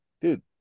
dude